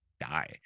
die